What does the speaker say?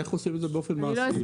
איך עושים את זה באופן מעשי?